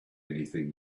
anything